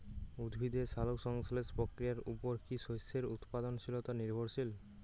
উদ্ভিদের সালোক সংশ্লেষ প্রক্রিয়ার উপর কী শস্যের উৎপাদনশীলতা নির্ভরশীল?